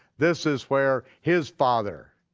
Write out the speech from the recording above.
this is where his father